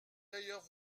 d’ailleurs